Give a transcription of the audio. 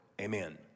Amen